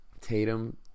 Tatum